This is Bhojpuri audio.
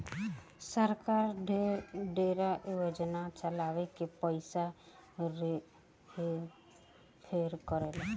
सरकार ढेरे योजना चला के पइसा हेर फेर करेले